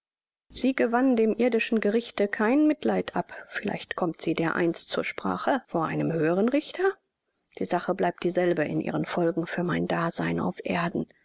sie gewann dem irdischen gerichte kein mitleid ab vielleicht kommt sie dereinst zur sprache vor einem höheren richter die sache bleibt dieselbe in ihren folgen für mein dasein auf erden